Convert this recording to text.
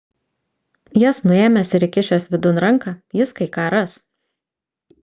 jas nuėmęs ir įkišęs vidun ranką jis kai ką ras